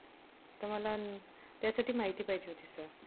तर मला त्यासाठी माहिती पाहिजे होती सर